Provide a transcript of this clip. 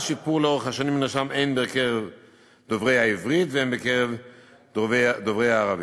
השיפור לאורך השנים נרשם הן בקרב דוברי העברית והן בקרב דוברי הערבית.